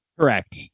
Correct